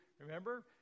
remember